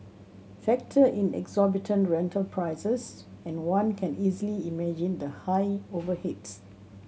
factor in exorbitant rental prices and one can easily imagine the high overheads